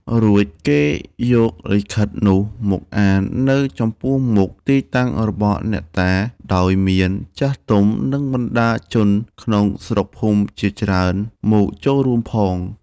រួចគេយកលិខិតនោះមកអាន នៅចំពោះមុខទីតាំងរបស់អ្នកតា ដោយមាន ចាស់ទុំ និង បណ្តាជនក្នុងស្រុកភូមិជាច្រើនមកចូលរួមផង។